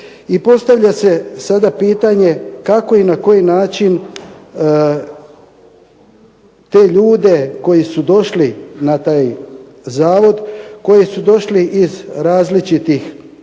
postavlja se sada pitanje kako i na koji način te ljude koji su došli na taj Zavod, koji su došli iz različitih